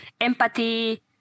empathy